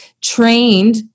trained